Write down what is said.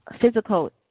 physical